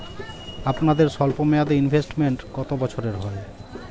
আপনাদের স্বল্পমেয়াদে ইনভেস্টমেন্ট কতো বছরের হয়?